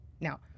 Now